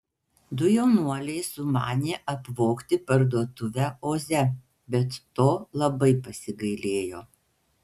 du jaunuoliai sumanė apvogti parduotuvę oze bet to labai pasigailėjo